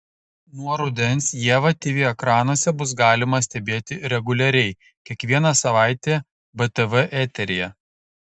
nuo rudens ievą tv ekranuose bus galima stebėti reguliariai kiekvieną savaitę btv eteryje